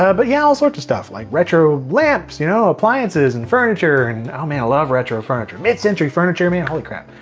ah but yeah, all sorts of stuff, like retro lamps, you know appliances, and furniture, and oh man, i love retro furniture. mid century furniture, man, holy crap.